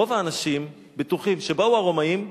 רוב האנשים בטוחים שבאו הרומאים,